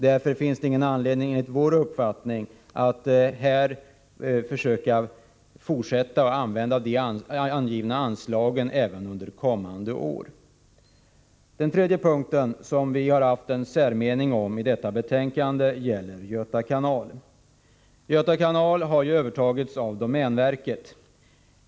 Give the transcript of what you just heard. Därför finns det enligt vår uppfattning ingen anledning att använda de anslagna medlen även under kommande år. Den tredje punkt som vi har haft en särmening om i betänkandet gäller Göta kanal. Göta kanal har ju övertagits av domänverket.